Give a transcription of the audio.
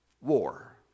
War